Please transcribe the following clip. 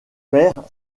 perd